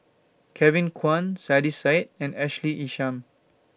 Kevin Kwan Saiedah Said and Ashley Isham